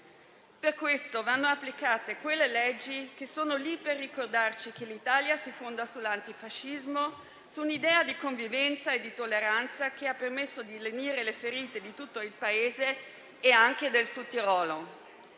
Per questo vanno applicate quelle leggi che sono lì per ricordarci che l'Italia si fonda sull'antifascismo, su un'idea di convivenza e di tolleranza che ha permesso di lenire le ferite di tutto il Paese e anche del Sudtirolo.